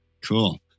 Cool